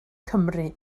cymru